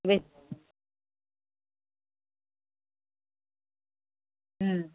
ଏବେ ହୁଁ